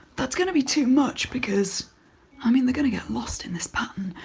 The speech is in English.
that's going to be too much because i mean they're going to get lost in this pattern.